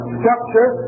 structure